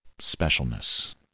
specialness